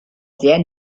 sehr